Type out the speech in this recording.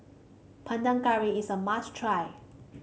Panang Curry is a must try